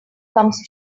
comes